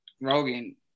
Rogan